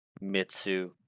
Mitsu